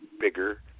bigger